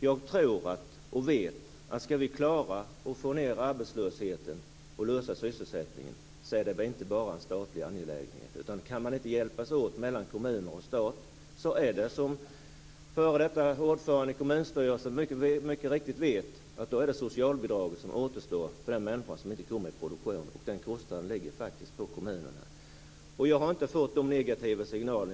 Jag tror och vet att om vi skall klara att få ned arbetslösheten och lösa sysselsättningen är det inte bara en statlig angelägenhet. Kan man inte hjälpas åt mellan kommuner och stat är det, som f.d. ordföranden i kommunstyrelsen mycket väl vet, socialbidraget som återstår för den människa som inte kommer ut i produktionen. Och den kostnaden ligger faktiskt på kommunerna. Jag har inte fått de här negativa signalerna.